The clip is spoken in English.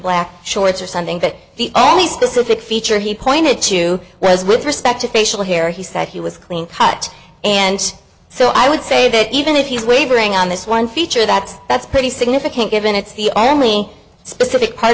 black shorts or something that the only specific feature he pointed to whereas with respect to facial hair he said he was clean cut and so i would say that even if he's wavering on this one feature that that's pretty significant given it's the only specific part